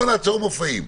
בואו נעצור מופעים.